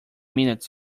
minutes